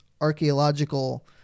archaeological